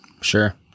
Sure